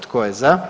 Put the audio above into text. Tko je za?